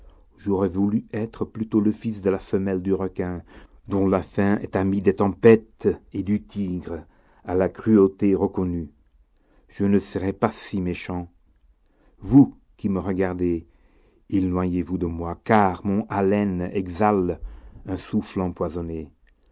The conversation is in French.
j'aurais voulu être plutôt le fils de la femelle du requin dont la faim est amie des tempêtes et du tigre à la cruauté reconnue je ne serais pas si méchant vous qui me regardez éloignez-vous de moi car mon haleine exhale un souffle empoisonné